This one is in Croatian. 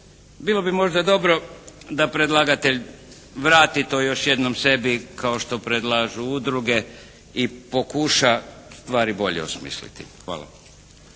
Bilo bi možda dobro da predlagatelj vrati to još jednom sebi kao što predlažu udruge i pokuša stvari bolje osmisliti. Hvala.